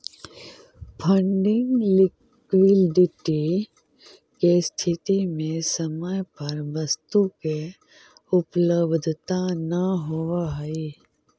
funding liquidity के स्थिति में समय पर वस्तु के उपलब्धता न होवऽ हई